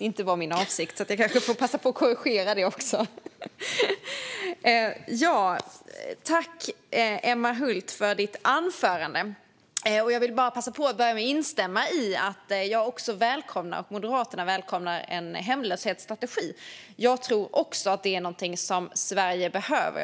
inte var min avsikt, så jag får passa på att korrigera det. Tack, Emma Hult, för ditt anförande! Jag vill börja med att säga att också jag och Moderaterna välkomnar en hemlöshetsstrategi. Jag tror att det är någonting som Sverige behöver.